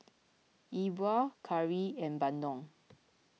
Yi Bua Curry and Bandung